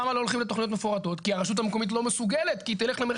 למה לא הולכים לתכניות מפורטות?